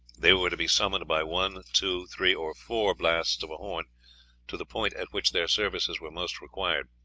they were to be summoned by one, two, three, or four blasts of a horn to the point at which their services were most required.